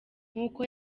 nk’uko